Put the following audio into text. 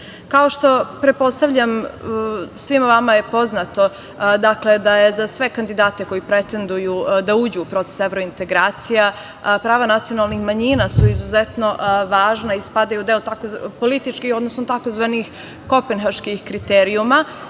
što je pretpostavljam svima vama poznato da je za sve kandidate koji pretenduju da uđu u proces evrointegracija, prava nacionalnih manjina su izuzetno važna i spadaju politički, odnosno tzv. kopenhaških kriterijuma